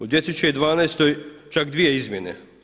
U 2012. čak dvije izmjene.